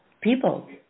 People